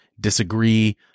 disagree